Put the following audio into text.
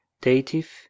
Dative